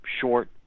short